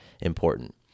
important